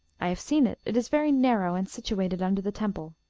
i have seen it it is very narrow, and situated under the temple.